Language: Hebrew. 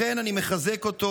לכן אני מחזק אותו.